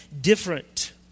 different